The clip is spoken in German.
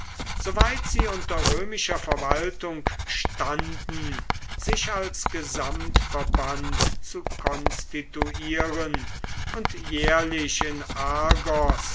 soweit sie unter römischer verwaltung standen sich als gesamtverband zu konstituieren und jährlich in argos